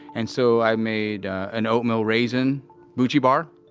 and so, i made an oatmeal raisin bucci bar.